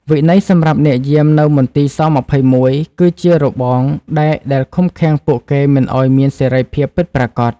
វិន័យសម្រាប់អ្នកយាមនៅមន្ទីរស-២១ គឺជារបងដែកដែលឃុំឃាំងពួកគេមិនឱ្យមានសេរីភាពពិតប្រាកដ។